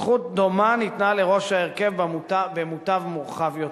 סמכות דומה ניתנה לראש ההרכב במותב מורחב יותר.